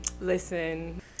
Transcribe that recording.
listen